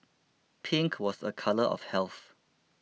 pink was a colour of health